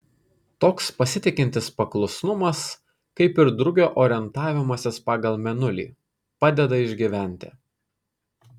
toks pasitikintis paklusnumas kaip ir drugio orientavimasis pagal mėnulį padeda išgyventi